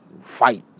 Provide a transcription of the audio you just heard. Fight